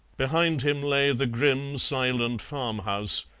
behind him lay the grim, silent farm-house,